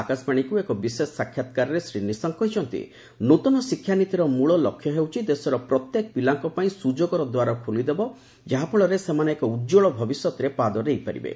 ଆକାଶବାଣୀକୁ ଏକ ବିଶେଷ ସାକ୍ଷାତକାରରେ ଶ୍ରୀ ନିଶଙ୍କ କହିଛନ୍ତି ନୂଆ ଶିକ୍ଷା ନୀତିର ମୂଳ ଲକ୍ଷ୍ୟ ହେଉଛି ଦେଶର ପ୍ରତ୍ୟେକ ପିଲାଙ୍କ ପାଇଁ ସୁଯୋଗର ଦ୍ୱାର ଖୋଲିଦେବା ଯାହାଫଳରେ ସେମାନେ ଏକ ଉତ୍କଳ ଭବିଷ୍ୟତରେ ପାଦ ଥୋଇପାରିବେ